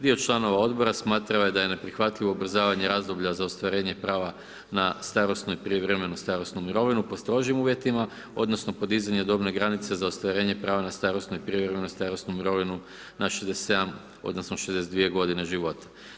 Dio članova Odbora, smatrao je da je neprihvatljivo ubrzavanje razdoblja za ostvarenje prava na starosnu i prijevremenu starosnu mirovinu po strožim uvjetima, odnosno podizanje dobne granice za ostvarenje prava na starosnu i prijevremenu starosnu mirovinu na 67 odnosno 62 godine života.